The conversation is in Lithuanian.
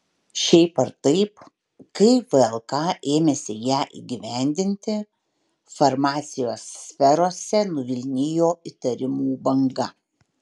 šiaip ar taip kai vlk ėmėsi ją įgyvendinti farmacijos sferose nuvilnijo įtarimų banga